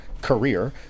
career